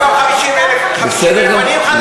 אבל הוסיפו גם 50,000 עניים חדשים.